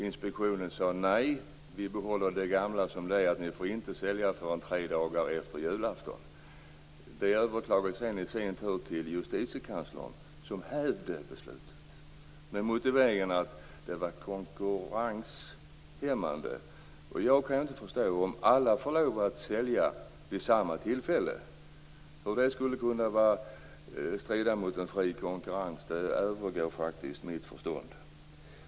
Inspektionen sade: Nej, den gamla överenskommelsen gäller, ni får inte sälja förrän tre dagar efter julafton. Det överklagades i sin tur till justitiekanslern, som hävde beslutet med motiveringen att det var konkurrenshämmande. Jag kan inte förstå hur det skulle kunna strida mot en fri konkurrens om alla får börja sälja vid samma tidpunkt. Det övergår faktiskt mitt förstånd.